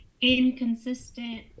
inconsistent